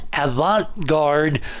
avant-garde